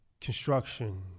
construction